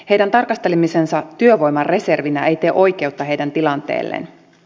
heidän tarkastelemisensa työvoimareservinä ei tee oikeutta heidän tilanteelleen